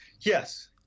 Yes